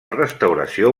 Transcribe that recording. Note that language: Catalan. restauració